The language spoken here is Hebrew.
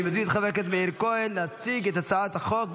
אני מזמין את חבר הכנסת מאיר כהן להציג את הצעת החוק.